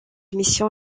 émission